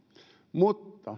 mutta